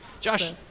Josh